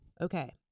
Okay